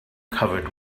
covered